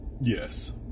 Yes